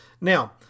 Now